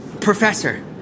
Professor